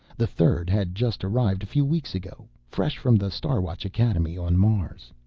the third had just arrived a few weeks ago, fresh from the star watch academy on mars.